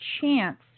chance